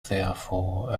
therefore